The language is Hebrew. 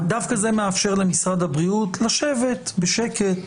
דווקא זה מאפשר למשרד הבריאות לשבת בשקט,